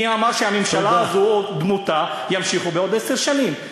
מי אמר שהממשלה הזאת או דמותה ימשיכו בעוד עשר שנים?